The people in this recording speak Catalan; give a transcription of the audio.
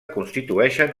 constitueixen